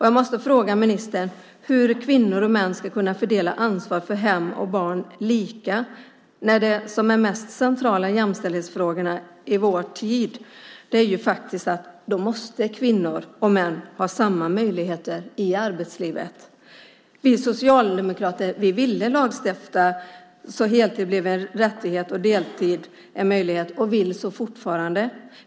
Jag måste fråga ministern hur kvinnor och män ska kunna fördela ansvar för hem och barn lika. Då måste ju, och detta är en av de mest centrala jämställdhetsfrågorna i vår tid, kvinnor och män också ha samma möjligheter i arbetslivet. Vi socialdemokrater ville lagstifta så att heltid blev en rättighet och deltid en möjlighet och vill så fortfarande.